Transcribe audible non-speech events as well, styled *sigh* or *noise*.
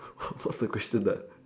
*breath* what's the question that